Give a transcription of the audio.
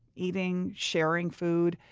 eating, sharing food,